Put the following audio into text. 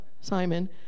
Simon